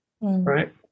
right